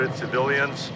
civilians